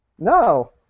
No